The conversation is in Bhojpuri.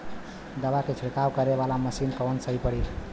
दवा के छिड़काव करे वाला मशीन कवन सही पड़ी?